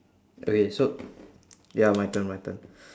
okay so ya my turn my turn